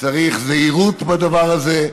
צריך זהירות בדבר הזה.